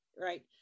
right